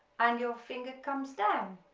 and your finger comes down.